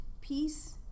peace